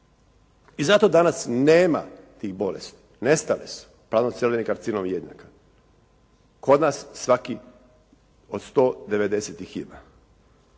I zato danas nema tih bolesti, nestale su, plano celularni karcinom jednjaka. Kod nas svaki od 190 ih ima.